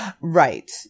Right